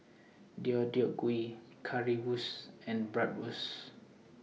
Deodeok Gui Currywurst and Bratwurst